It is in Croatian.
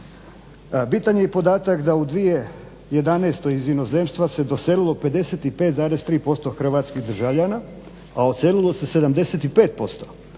Bitan je i podatak da u 2011. iz inozemstva se doselilo 55,3% Hrvatskih državljana, a odselilo se 75%.